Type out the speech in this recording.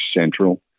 central